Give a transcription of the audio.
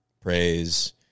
praise